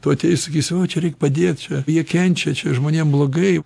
tu ateisi sakysi o čia reik padėt čia jie kenčia čia žmonėm blogai